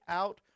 out